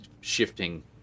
shifting